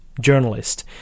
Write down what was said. journalist